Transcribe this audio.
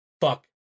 Fuck